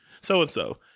so-and-so